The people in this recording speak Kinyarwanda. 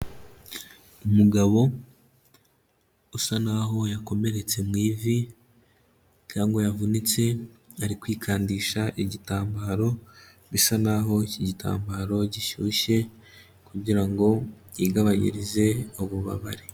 Umugabo usa n'aho yakomeretse mu ivi cyangwa yavunitse, ari kwikandisha igitambaro bisa n'aho iki gitambaro gishyushye kugira ngo yigabanyirize ububabare.